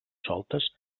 soltes